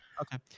Okay